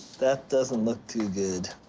that doesn't look too good.